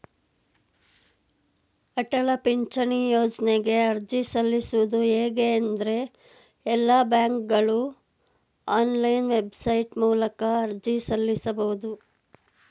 ಅಟಲ ಪಿಂಚಣಿ ಯೋಜ್ನಗೆ ಅರ್ಜಿ ಸಲ್ಲಿಸುವುದು ಹೇಗೆ ಎಂದ್ರೇ ಎಲ್ಲಾ ಬ್ಯಾಂಕ್ಗಳು ಆನ್ಲೈನ್ ವೆಬ್ಸೈಟ್ ಮೂಲಕ ಅರ್ಜಿ ಸಲ್ಲಿಸಬಹುದು